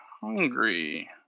hungry